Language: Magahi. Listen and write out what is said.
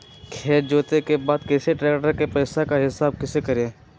खेत जोते के बाद कैसे ट्रैक्टर के पैसा का हिसाब कैसे करें?